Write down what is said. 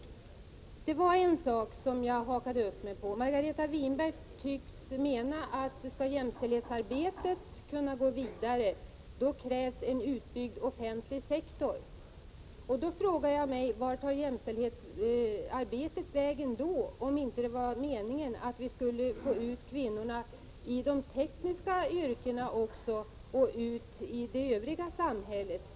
Det var en sak som jag hakade upp mig på. Margareta Winberg tycks mena att om jämställdhetsarbetet skall kunna gå vidare, krävs det en utbyggd offentlig sektor. Då frågar jag: Vart tar jämställdhetsarbetet vägen, om det inte var meningen att få kvinnorna att välja även de tekniska yrkena och övriga områden i samhället?